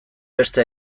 beste